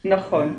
נכון.